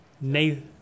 Nathan